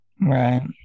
Right